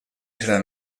serà